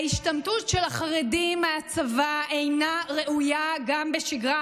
ההשתמטות של החרדים מהצבא אינה ראויה גם בשגרה,